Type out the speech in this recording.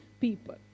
people